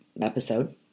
episode